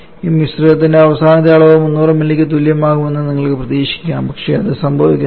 ഈ മിശ്രിതത്തിന്റെ അവസാന അളവ് 300 മില്ലിക്ക് തുല്യമാകുമെന്ന് നിങ്ങൾക്ക് പ്രതീക്ഷിക്കാം പക്ഷേ അത് സംഭവിക്കുന്നില്ല